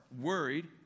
worried